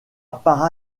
par